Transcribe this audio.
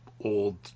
old